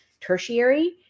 tertiary